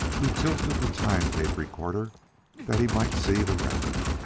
who tilted the time-tape recorder that he might see the record.